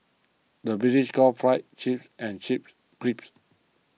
the British calls Fries Chips and Chips Crisps